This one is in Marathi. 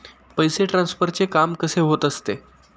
पैसे ट्रान्सफरचे काम कसे होत असते?